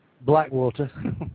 Blackwater